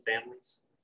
families